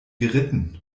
geritten